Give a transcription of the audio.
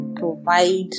provide